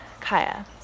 Kaya